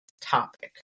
topic